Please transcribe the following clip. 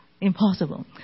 Impossible